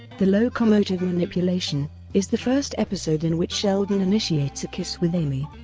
the locomotive manipulation is the first episode in which sheldon initiates a kiss with amy.